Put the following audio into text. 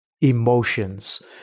emotions